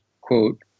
quote